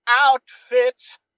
outfits